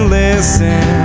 listen